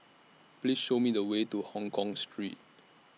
Please Show Me The Way to Hongkong Street